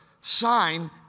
sign